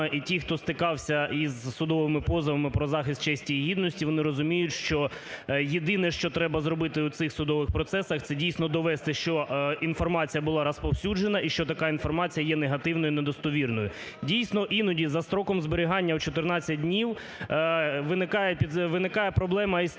І ті, хто стикався із судовими позовами про захист честі і гідності, вони розуміють, що єдине, що треба зробити у цих судових процесах, це, дійсно, довести, що інформація була розповсюджена і що така інформація є негативною, недостовірною. Дійсно, іноді за строком зберігання у 14 днів виникає проблема із тим,